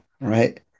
right